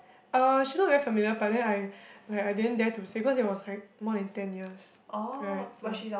uh she not familiar but then I I I didn't dare to say cause it was like more than ten years right so